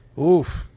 Oof